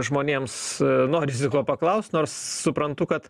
žmonėms norisi to paklaust nors suprantu kad